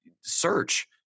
search